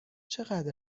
چقدر